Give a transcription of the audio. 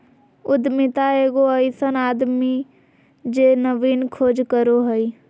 उद्यमिता एगो अइसन आदमी जे नवीन खोज करो हइ